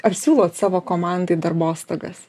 ar siūlot savo komandai darbostogas